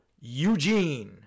Eugene